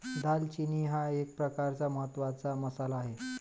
दालचिनी हा एक प्रकारचा महत्त्वाचा मसाला आहे